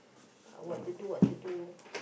what to do what to do